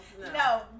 No